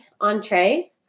entree